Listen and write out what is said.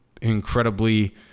incredibly